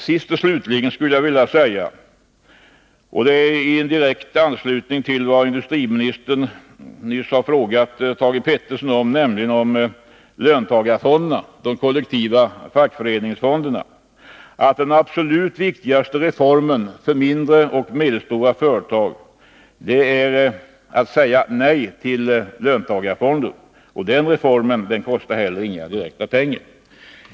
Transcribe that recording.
Sist och slutligen skulle jag vilja säga — i direkt anslutning till industriministerns fråga till Thage Peterson om löntagarfonderna, de kollektiva fackföreningsfonderna — att den absolut viktigaste reformen för de mindre och medelstora företagen är ett nej till löntagarfonder. Den reformen kostar inte heller några pengar.